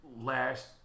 last